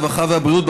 הרווחה והבריאות,